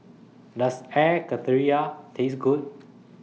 Does Air Karthira Taste Good